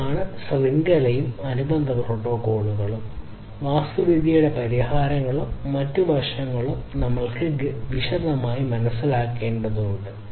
ഇതാണ് ശൃംഖലയും അനുബന്ധ പ്രോട്ടോക്കോളുകളും വാസ്തുവിദ്യയും പരിഹാരങ്ങളുടെ മറ്റ് വശങ്ങളും ഞങ്ങൾ ഗണ്യമായി വിശദമായി മനസ്സിലാക്കേണ്ടതുണ്ട്